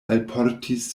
alportis